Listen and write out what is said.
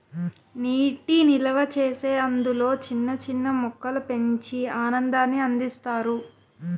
నీటి నిల్వచేసి అందులో చిన్న చిన్న మొక్కలు పెంచి ఆనందాన్ని అందిస్తారు